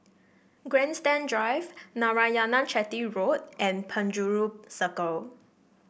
Grandstand Drive Narayanan Chetty Road and Penjuru Circle